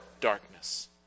darkness